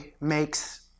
makes